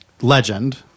Legend